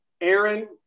Aaron